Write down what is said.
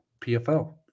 PFL